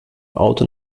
auto